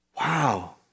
wow